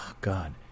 god